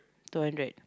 two hundred